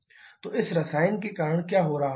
तो इस रसायन के कारण क्या हो रहा है